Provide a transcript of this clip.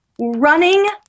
running